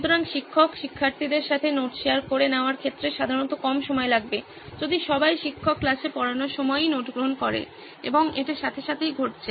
সুতরাং শিক্ষক শিক্ষার্থীদের সাথে নোট শেয়ার করে নেওয়ার ক্ষেত্রে সাধারণত কম সময় লাগবে যদি সবাই শিক্ষক ক্লাসে পড়ানোর সময়ই নোট গ্রহণ করে এবং এটি একই সাথে ঘটছে